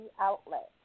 outlet